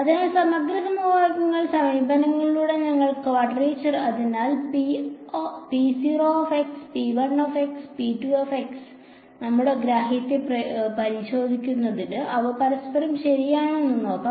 അതിനാൽ സമഗ്ര സമവാക്യ സമീപനങ്ങളിൽ ഞങ്ങൾ ഈ ക്വാഡ്രേച്ചർ അതിനാൽ നമ്മുടെ ഗ്രാഹ്യത്തെ പരിശോധിക്കുന്നതിന് അവ പരസ്പരം ശരിയാണോ എന്ന് നോക്കാം